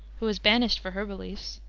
who was banished for her beliefs,